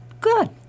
Good